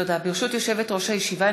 ברשות יושבת-ראש הישיבה,